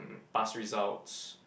past results